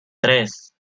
tres